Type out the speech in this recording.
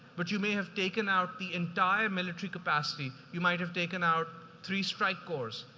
but you may have taken out the entire military capacity. you might have taken out three strike course.